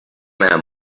man